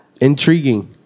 Intriguing